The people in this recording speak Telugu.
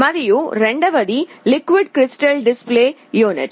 మరియు రెండవది liquid crystal display display unit